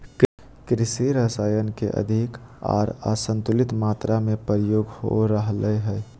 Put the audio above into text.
कृषि रसायन के अधिक आर असंतुलित मात्रा में प्रयोग हो रहल हइ